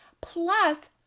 plus